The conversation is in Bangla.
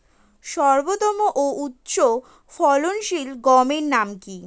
সর্বোত্তম ও উচ্চ ফলনশীল গমের নাম কি?